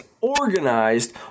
organized